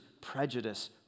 prejudice